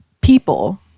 people